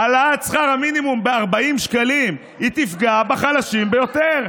העלאת שכר המינימום ל-40 שקלים תפגע בחלשים ביותר,